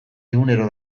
egunero